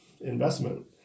investment